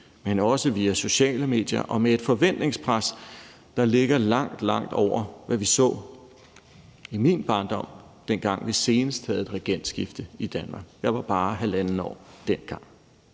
men også via sociale medier, og med et forventningspres, der ligger langt, langt over, hvad vi så i min barndom, dengang vi senest havde et regentskifte i Danmark. Jeg var bare halvandet år gammel